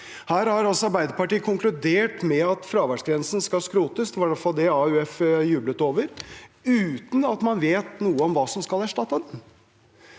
Her har Arbeiderpartiet konkludert med at fraværsgrensen skal skrotes – det var i hvert fall det AUF jublet over – uten at man vet noe om hva som skal erstatte den.